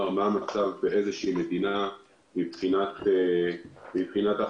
מה המצב באיזושהי מדינה מבחינת תחלואה.